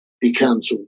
becomes